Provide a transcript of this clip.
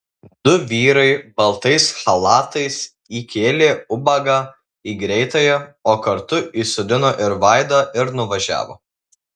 du vyrai baltais chalatais įkėlė ubagą į greitąją o kartu įsodino ir vaidą ir nuvažiavo